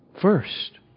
First